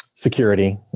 security